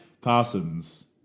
Parsons